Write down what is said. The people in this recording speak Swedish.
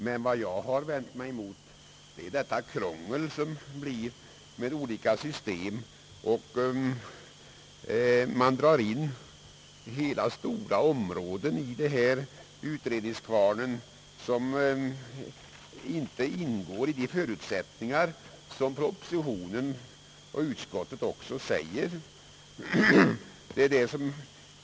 Men vad jag har vänt mig mot är det krångel, som följer av olika system, då man i utredningskvarnen drar in stora områden som inte är berörda enligt de förutsättningar propositionen och även utskottsbetänkandet anger.